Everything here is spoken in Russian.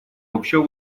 общего